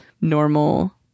normal